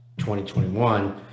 2021